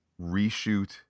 reshoot